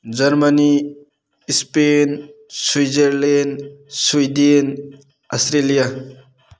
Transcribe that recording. Germany Spain Switzerland Sweden Australia